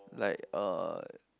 like uh